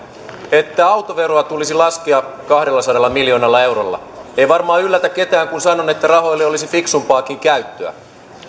että autoveroa tulisi laskea kahdellasadalla miljoonalla eurolla ei varmaan yllätä ketään kun sanon että rahoille olisi fiksumpaakin käyttöä